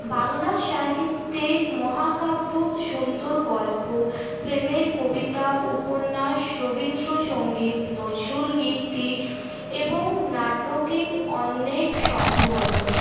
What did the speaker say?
বাংলা সাহিত্যে মহাকাব্য সুন্দর গল্প প্রেমের কবিতা উপন্যাস রবীন্দ্রসংগীত নজরুলগীতি এবং নাটকে অনেক সম্ভবত